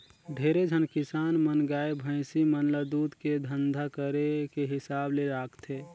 ढेरे झन किसान मन गाय, भइसी मन ल दूद के धंधा करे के हिसाब ले राखथे